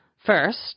First